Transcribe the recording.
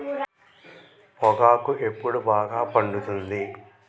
పొగాకు ఎప్పుడు బాగా పండుతుంది?